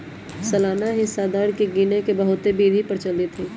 सालाना हिस्सा दर के गिने के बहुते विधि प्रचलित हइ